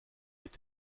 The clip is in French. est